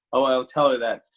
oh, i'll tell her that.